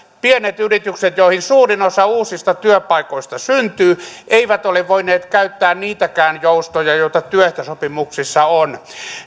pienet yritykset joihin suurin osa uusista työpaikoista syntyy eivät ole voineet käyttää niitäkään joustoja joita työehtosopimuksissa on